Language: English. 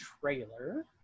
trailer